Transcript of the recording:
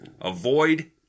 Avoid